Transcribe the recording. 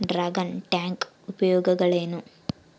Dragon tank ಉಪಯೋಗಗಳೇನು?